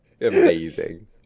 Amazing